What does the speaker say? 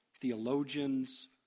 theologians